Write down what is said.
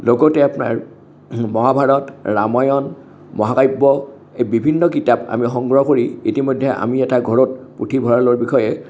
লগতে আপোনাৰ মহাভাৰত ৰামায়ণ মহাকাব্য এই বিভিন্ন কিতাপ আমি সংগ্ৰহ কৰি ইতিমধ্যেই আমি এটা ঘৰত পুথিভঁৰালৰ বিষয়ে